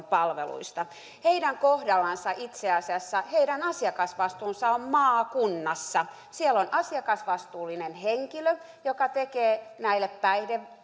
palveluista heidän kohdallansa itse asiassa heidän asiakasvastuunsa on maakunnassa siellä on asiakasvastuullinen henkilö joka tekee näille päihde